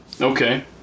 Okay